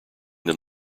than